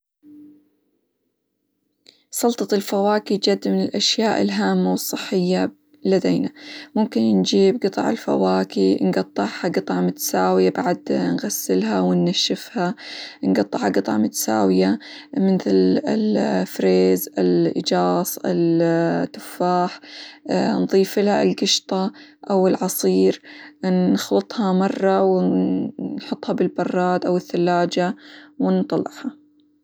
سلطة الفواكه جد من الأشياء الهامة، والصحية لدينا، ممكن نجيب قطع الفواكه، نقطعها قطع متساوية بعد نغسلها ،وننشفها، نقطعها قطع متساوية مثل: الفريز ،الإيجاص، -ال- التفاح، نضيف لها القشطة، أو العصير، نخلطها مرة، ونحطها بالبراد، أو الثلاجة ،ونطلعها.